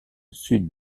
sud